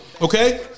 Okay